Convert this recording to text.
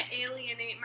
alienate